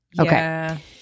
Okay